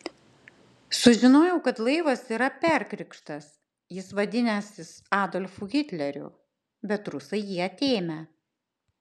sužinojau kad laivas yra perkrikštas jis vadinęsis adolfu hitleriu bet rusai jį atėmę